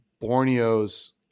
Borneo's